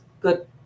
good